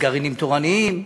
לגרעינים תורניים,